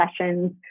sessions